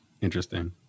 Interesting